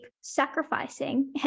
sacrificing